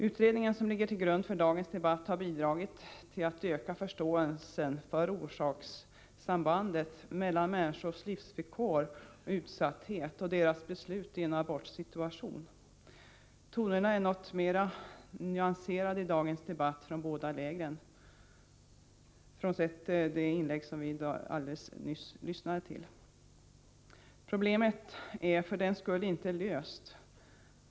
Utredningen som ligger till grund för dagens debatt har bidragit till att öka förståelsen för orsakssambandet mellan människors livsvillkor och utsatthet och deras beslut i en abortsituation. Tonläget är något mera nyanserat i dagens debatt från båda lägren, frånsett det inlägg som vi helt nyss lyssnade till. Problemet är för den skull inte löst.